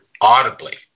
audibly